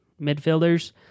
midfielders